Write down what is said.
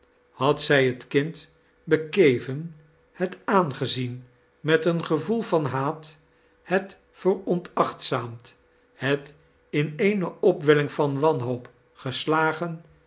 had zij het kind bekeven het aangezien met een gevoel van haat het veronaolitzaamd het in eene opwelldng van wanhoop geslagen